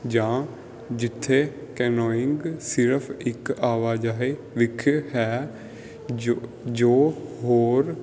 ਜਾਂ ਜਿੱਥੇ ਕੈਨੋਇੰਗ ਸਿਰਫ ਇੱਕ ਆਵਾਜਾਈ ਵਿਖੇ ਹੈ ਜੋ ਜੋ ਹੋਰ